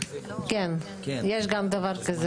כן, יש גם דבר כזה.